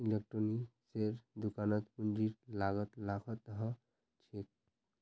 इलेक्ट्रॉनिक्सेर दुकानत पूंजीर लागत लाखत ह छेक